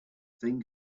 thing